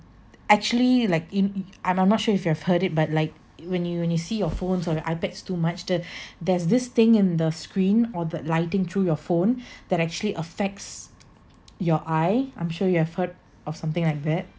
actually like you you I'm not sure if you have heard it but like when you when you see your phones or ipads too much the there's this thing in the screen or the lighting through your phone that actually affects your eye I'm sure you have heard of something like that